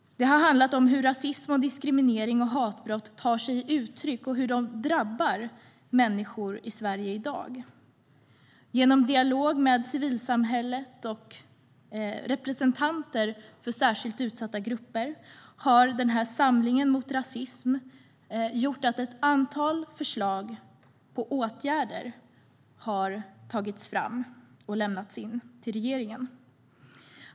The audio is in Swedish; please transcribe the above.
Det har handlat om hur rasism, diskriminering och hatbrott tar sig uttryck och hur det drabbar människor i Sverige i dag. Genom dialog med civilsamhället och representanter för särskilt utsatta grupper har den här samlingen mot rasism gjort att ett antal förslag på åtgärder har tagits fram och lämnats in till regeringen.